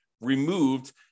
removed